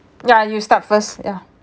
ya you start first ya